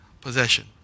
possession